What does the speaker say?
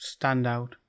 Standout